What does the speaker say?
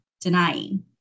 Denying